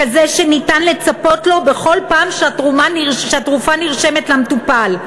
כזה שניתן לצפות לו בכל פעם שהתרופה נרשמת למטופל.